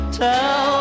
tell